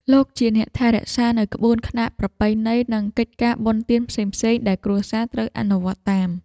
លោកជាអ្នកថែរក្សានូវក្បួនខ្នាតប្រពៃណី និងកិច្ចការបុណ្យទានផ្សេងៗដែលគ្រួសារត្រូវអនុវត្តតាម។